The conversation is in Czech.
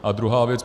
A druhá věc.